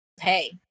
hey